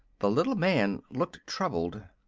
the little man looked troubled.